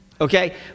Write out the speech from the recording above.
Okay